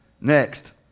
Next